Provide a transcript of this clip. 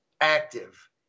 active